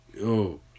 Yo